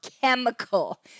chemical